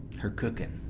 her cooking.